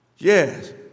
Yes